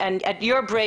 (מתורגם מאנגלית)